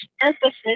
emphasis